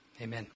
Amen